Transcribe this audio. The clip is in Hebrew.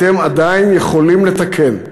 אתם עדיין יכולים לתקן.